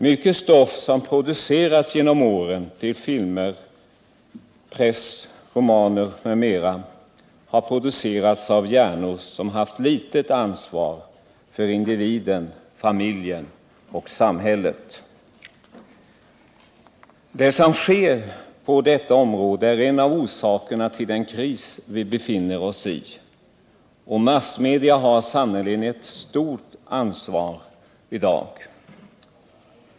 Mycket stoff under åren till filmer, press, romaner m.m. har producerats av hjärnor som har haft föga ansvar för individen, familjen och samhället. Det som sker på detta område är en av orsakerna till den kris som vi befinner oss i. Massmedia har sannerligen ett stort ansvar i dag.